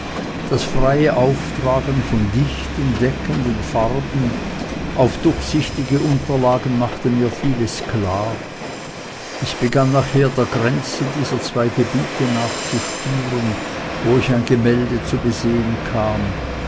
das freie auftragen von dichten deckenden farben auf durchsichtige unterlagen machten mir vieles klar ich begann nachher der grenze dieser zwei gebiete nachzuspüren wo ich ein gemälde zu sehen bekam